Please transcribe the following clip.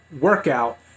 workout